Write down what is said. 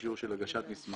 יש אישור של הגשת מסמכים,